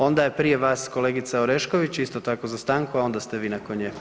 Onda je prije vas kolegica Orešković, isto tako za stanku, a onda ste vi nakon nje.